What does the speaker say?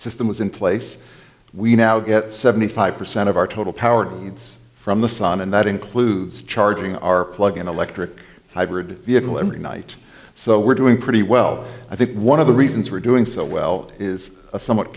system was in place we now get seventy five percent of our total power needs from the sun and that includes charging our plug in electric hybrid vehicle every night so we're doing pretty well i think one of the reasons we're doing so well is a somewhat